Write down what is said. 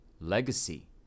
legacy